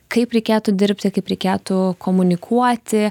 kaip reikėtų dirbti kaip reikėtų komunikuoti